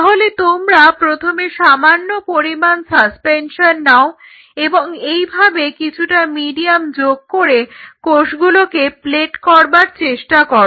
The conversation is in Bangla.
তাহলে তোমরা প্রথমে সামান্য পরিমাণ সাসপেনশন নাও এবং এইভাবে কিছুটা মিডিয়াম যোগ করে কোষগুলোকে প্লেট করবার চেষ্টা করো